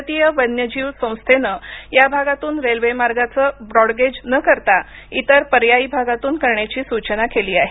भारतीय वन्यजीव संस्थेने या भागातून रेल्वे मार्गाचे ब्रॉडगेज न करता इतर पर्यायी भागातून करण्याची सुचना केली आहे